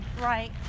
Right